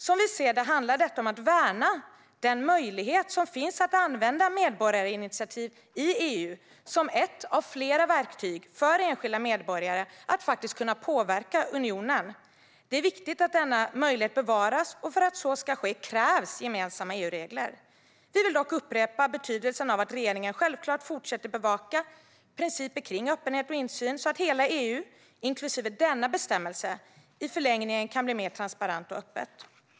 Som vi ser det handlar detta om att värna den möjlighet som finns att använda medborgarinitiativ i EU, som ett av flera verktyg, för enskilda medborgare att faktiskt kunna påverka unionen. Det är viktigt att denna möjlighet bevaras, och för att så ska ske krävs gemensamma EU-regler. Vi vill dock upprepa betydelsen av att regeringen självklart fortsätter bevaka principer om öppenhet och insyn, så att hela EU, inklusive denna bestämmelse, i förlängningen kan bli mer transparent och öppet.